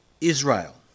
Israel